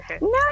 no